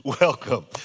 welcome